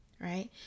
right